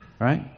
right